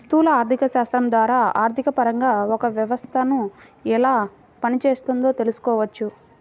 స్థూల ఆర్థికశాస్త్రం ద్వారా ఆర్థికపరంగా ఒక వ్యవస్థను ఎలా పనిచేస్తోందో తెలుసుకోవచ్చు